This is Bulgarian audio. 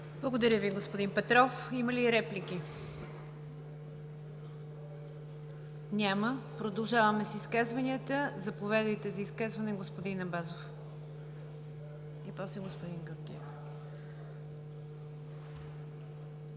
Благодаря Ви, господин Петров. Има ли реплики? Няма. Продължаваме с изказванията. Заповядайте за изказване, господин Абазов. БЮРХАН АБАЗОВ (ДПС):